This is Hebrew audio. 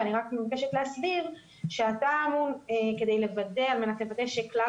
ואני רק מבקשת להסביר שהטעם הוא על מנת לוודא שכלל